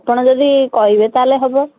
ଆପଣ ଯଦି କହିବେ ତା'ହେଲେ ହେବ